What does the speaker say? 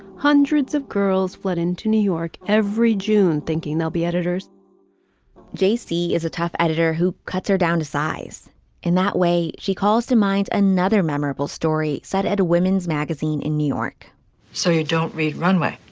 hundreds of girls fled into new york every june thinking they'll be editors j c. is a tough editor who cuts her down to size in that way. she calls to mind another memorable story said at a women's magazine in new york so you don't read runway.